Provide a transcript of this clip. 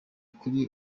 kuri